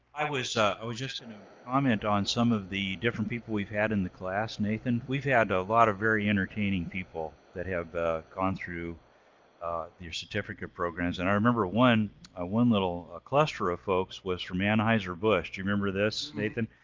i was just gonna you know comment on some of the different people we've had in the class, nathan. we've had a lot of very entertaining people that have gone through your certificate programs. and i remember one ah one little cluster of folks was from anheuser-busch. do you remember this, nathan?